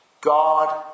God